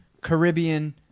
Caribbean